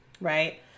right